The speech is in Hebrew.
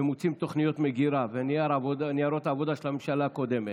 מוציאים תוכניות מגירה וניירות עבודה של הממשלה הקודמת,